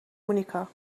مونیکا